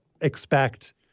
expect